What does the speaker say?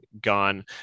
gone